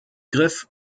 griff